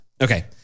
Okay